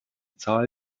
zahl